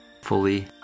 fully